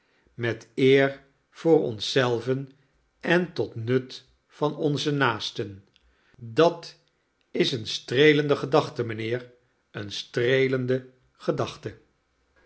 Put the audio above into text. met eer voor ons zelven en tot nut van onze naasten dat is eene streeleiide gedachte mijnheer eene streelende gedachte